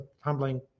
humbling